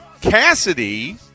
Cassidy